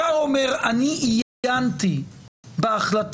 השר אומר אני עיינתי בהחלטה,